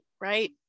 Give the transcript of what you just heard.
Right